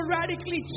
radically